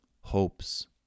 hopes